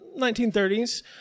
1930s